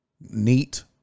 Neat